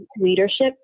leadership